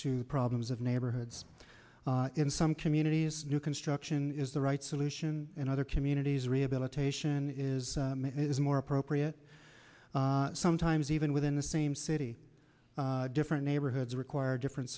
to problems of neighborhoods in some communities new construction is the right solution and other communities rehabilitation is made it is more appropriate sometimes even within the same city different neighborhoods require different